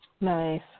Nice